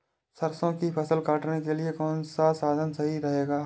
सरसो की फसल काटने के लिए कौन सा साधन सही रहेगा?